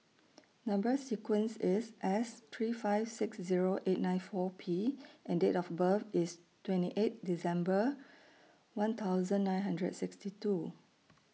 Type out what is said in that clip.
Number sequence IS S three five six Zero eight nine four P and Date of birth IS twenty eight December one thousand nine hundred sixty two